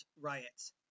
riots